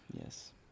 Yes